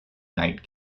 night